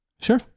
Sure